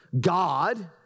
God